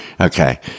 Okay